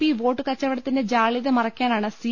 P വോട്ട് കച്ചവടത്തിന്റെ ജാള്യത മറയ്ക്കാനാണ് സി